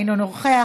אינו נוכח,